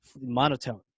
monotone